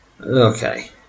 Okay